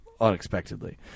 unexpectedly